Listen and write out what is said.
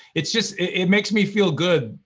it's just, it makes me feel good,